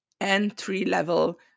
entry-level